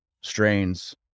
strains